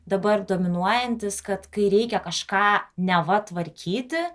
dabar dominuojantis kad kai reikia kažką neva tvarkyti